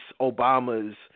Obama's